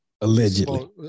Allegedly